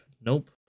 Nope